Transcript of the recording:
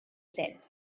said